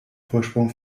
vorsprung